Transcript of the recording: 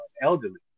elderly